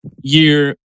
year